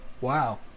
Wow